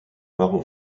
marron